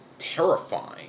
terrifying